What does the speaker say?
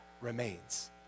remains